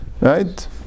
right